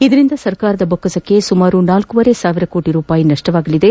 ಇದರಿಂದ ಸರ್ಕಾರದ ಬೊಕ್ಕಸಕ್ಕೆ ಸುಮಾರು ನಾಲ್ಕೂವರೆ ಸಾವಿರ ಕೋಟಿ ರೂಪಾಯಿ ನಷ್ತವಾಗಲಿದೆ